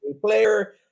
player